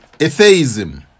atheism